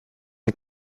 est